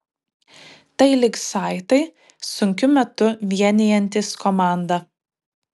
tai lyg saitai sunkiu metu vienijantys komandą